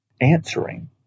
answering